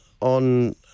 on